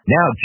Now